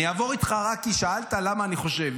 אני אעבור איתך, רק כי שאלת למה אני חושב.